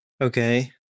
Okay